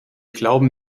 glauben